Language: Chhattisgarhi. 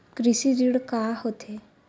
कृषि ऋण का होथे?